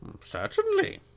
Certainly